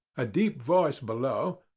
a deep voice below,